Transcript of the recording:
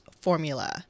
formula